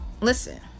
listen